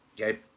okay